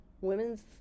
women's